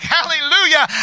Hallelujah